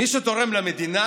מי שתורם למדינה